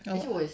oh